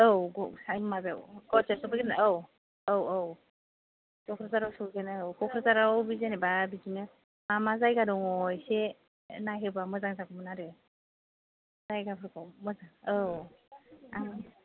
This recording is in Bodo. औ ग' साइन माबायाव गुवाहाटि आवसो सौफैगोरबाय औ औ औ क'क्राझाराव सौफैबायना औ क'क्राझाराव जेनोबा बिदिनो मा मा जायगा दङ एसे नायहोबा मोजां जागौमोन आरो जायगाफोरखौ औ आं